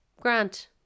Grant